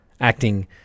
acting